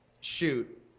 shoot